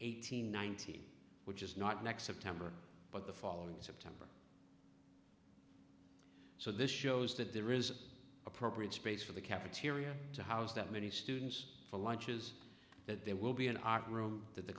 eighteen nineteen which is not next september but the following september so this shows that there is an appropriate space for the cafeteria to house that many students for lunches that there will be an art room th